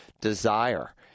desire